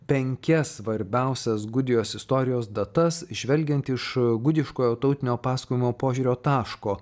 penkias svarbiausias gudijos istorijos datas žvelgiant iš gudiškojo tautinio pasakojimo požiūrio taško